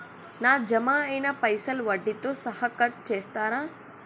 నా జమ అయినా పైసల్ వడ్డీతో సహా కట్ చేస్తరా?